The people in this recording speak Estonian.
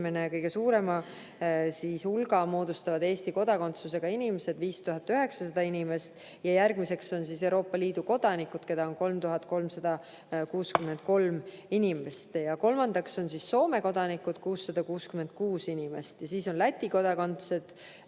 kõige suurema hulga moodustavad Eesti kodakondsusega inimesed, 5900 inimest, järgmiseks on Euroopa Liidu kodanikud, keda on 3363 inimest, ja kolmandaks on Soome kodanikud, 666 inimest, ja siis on Läti kodakondsusega